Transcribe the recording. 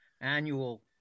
annual